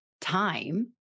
time